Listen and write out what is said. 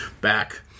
back